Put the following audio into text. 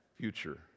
future